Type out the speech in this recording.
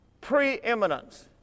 Preeminence